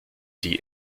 the